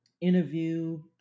interview